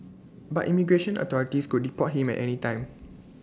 but immigration authorities could deport him at any time